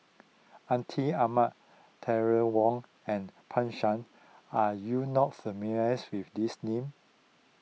Atin Amat Terry Wong and Pan Shou are you not familiar with these names